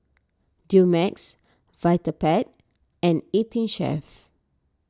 Dumex Vitapet and eighteen Chef